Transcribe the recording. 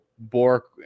Bork